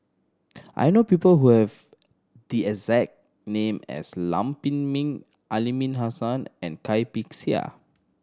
I know people who have the exact name as Lam Pin Min Aliman Hassan and Cai Bixia